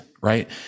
Right